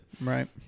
Right